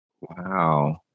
Wow